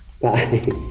Bye